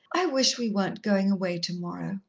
i wish we weren't going away tomorrow.